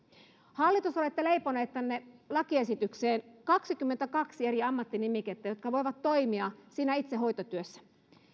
hallitus olette leiponeet tänne lakiesitykseen kaksikymmentäkaksi eri ammattinimikettä jotka voivat toimia siinä itse hoitotyössä